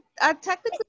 technically